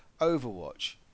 Overwatch